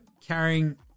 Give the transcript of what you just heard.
carrying